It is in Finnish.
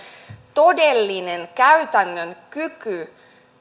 todellinen käytännön kyky